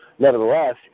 Nevertheless